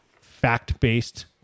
fact-based